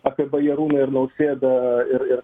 apie bajarūną ir nausėdą ir ir